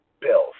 bills